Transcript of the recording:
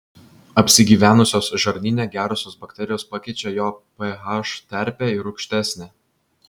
apsigyvenusios žarnyne gerosios bakterijos pakeičia jo ph terpę į rūgštesnę